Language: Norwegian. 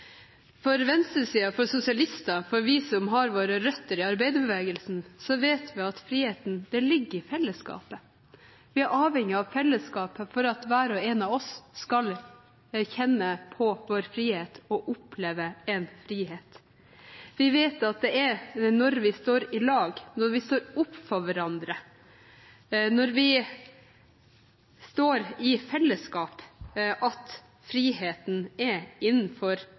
sosialister, vi som har våre røtter i arbeiderbevegelsen, vet at friheten ligger i fellesskapet. Vi er avhengige av fellesskapet for at hver og en av oss skal kjenne på vår frihet og oppleve frihet. Vi vet at det er når vi står i lag, når vi står opp for hverandre, når vi er i et felleskap, friheten er innenfor